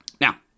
Now